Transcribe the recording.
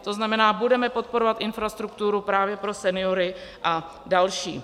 To znamená, budeme podporovat infrastrukturu právě pro seniory a další.